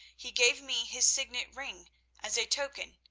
he gave me his signet-ring as a token,